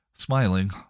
Smiling